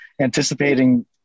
anticipating